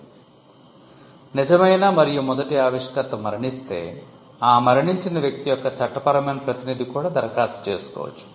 'నిజమైన మరియు మొదటి ఆవిష్కర్త' మరణిస్తే ఆ మరణించిన వ్యక్తి యొక్క చట్టపరమైన ప్రతినిధి కూడా దరఖాస్తు చేసుకోవచ్చు